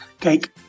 Cake